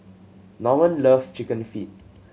Normand loves Chicken Feet